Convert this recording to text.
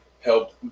help